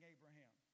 Abraham